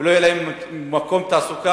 ולא יהיה להן מקום תעסוקה.